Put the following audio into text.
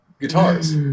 guitars